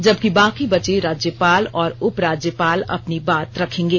जबकि बाकी बचे राज्यपाल और उप राज्यपाल अपनी बात रखेंगे